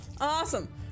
Awesome